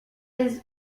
his